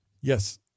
Yes